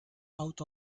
out